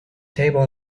table